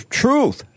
truth